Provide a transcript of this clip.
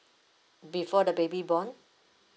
before the baby born